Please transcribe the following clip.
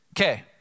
Okay